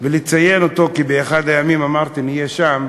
ולציין אותו, כי באחד הימים, אמרתי, נהיה שם,